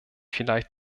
vielleicht